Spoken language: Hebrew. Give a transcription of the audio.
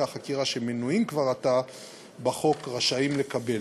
החקירה שמנויים כבר עתה בחוק רשאים לקבל.